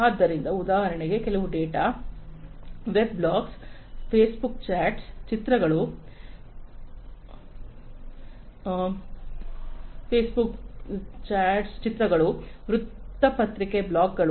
ಆದ್ದರಿಂದ ಉದಾಹರಣೆಗೆ ಕೆಲವು ಡೇಟಾ ವೆಬ್ ಬ್ಲಾಗ್ಗಳು ಫೇಸ್ಬುಕ್ ಚಾಟ್ಗಳು ಚಿತ್ರಗಳು ವೃತ್ತಪತ್ರಿಕೆ ಬ್ಲಾಗ್ಗಳು